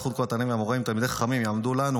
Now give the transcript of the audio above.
וזכות כל התנאים והאמוראים ותלמידי חכמים יעמוד לנו